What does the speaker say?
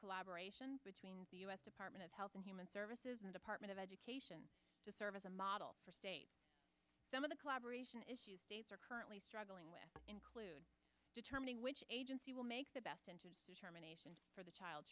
collaboration between the us department of health and human services and department of education to serve as a model for states some of the collaboration issues states are currently struggling with include determining which agency will make the best and to determination for the child